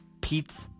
pizza